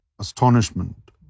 astonishment